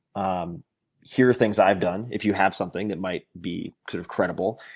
um here are things i've done, if you have something that might be kind of credible.